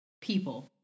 People